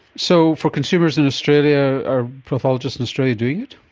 so for consumers in australia, are pathologists in australia doing it?